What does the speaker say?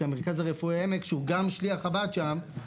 שהוא גם שליח חב"ד שם,